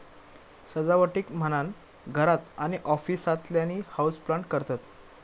सजावटीक म्हणान घरात आणि ऑफिसातल्यानी हाऊसप्लांट करतत